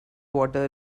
water